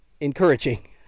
encouraging